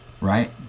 right